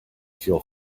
feel